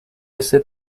este